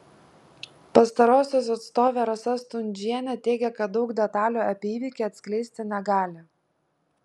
pastarosios atstovė rasa stundžienė teigė kad daug detalių apie įvykį atskleisti negali